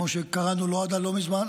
כמו שקראנו לו עד לא מזמן,